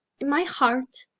in my heart.